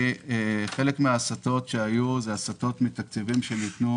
חלק מן ההסטות היו מתקציבים שניתנו